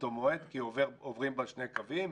באותו מועד כי עוברים בה שני קווים.